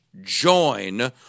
join